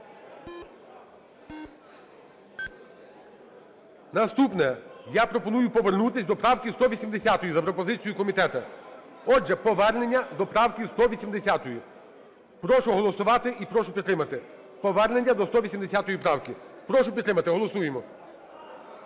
Наступне. Я пропоную повернутися до правки 180-ї за пропозицією комітету. Отже, повернення до правки 180-ї. Прошу голосувати і прошу підтримати повернення до 180-ї правки. Прошу підтримати. Голосуємо.